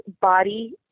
body